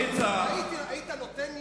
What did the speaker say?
היית נותן לי?